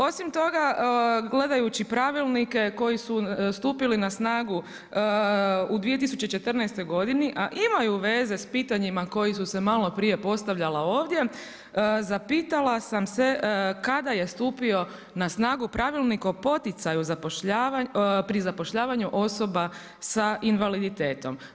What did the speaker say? Osim toga gledajući pravilnike koji su stupili na snagu u 2014. a imaju veze sa pitanjima koja su se malo prije postavljala ovdje zapitala sam se kada je stupio na snagu pravilnik o poticaju pri zapošljavanju osoba sa invaliditetom.